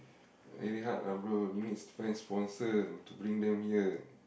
very hard lah bro you needs to find sponsor to bring them here